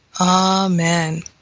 Amen